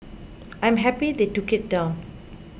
I am happy they took it down